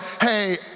hey